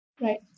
Right